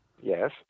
Yes